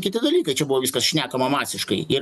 kiti dalykai čia buvo viskas šnekama masiškai ir